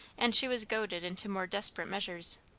and she was goaded into more desperate measures.